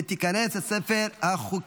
אני קובע כי הצעת חוק